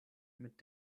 mit